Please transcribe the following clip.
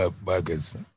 burgers